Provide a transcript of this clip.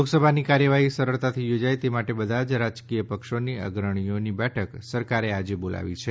લોકસભાની કાર્યવાહી સરળતાથી યોજાય તે માટે બધા જ રાજકીય પક્ષોની અગ્રણીઓની બેઠક સરકારે આજે બોલાવી છે